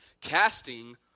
casting